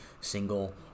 single